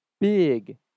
big